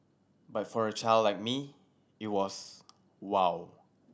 but for a child like me it was wow